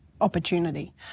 opportunity